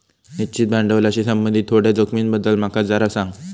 निश्चित भांडवलाशी संबंधित थोड्या जोखमींबद्दल माका जरा सांग